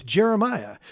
Jeremiah